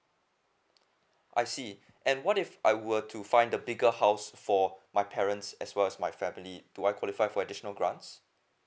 I see and what if I were to find the bigger house for my parents as well as my family do I qualify for additional grants